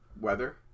weather